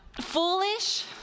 foolish